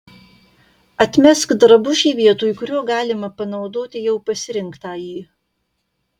atmesk drabužį vietoj kurio galima panaudoti jau pasirinktąjį